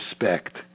respect